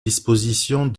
dispositions